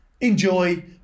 enjoy